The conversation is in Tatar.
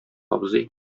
абзый